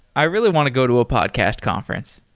i really want to go to a podcast conference.